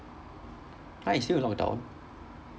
!huh! it's still lockdown